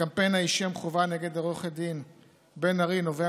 הקמפיין האישי המכוון נגד עו"ד בן-ארי נובע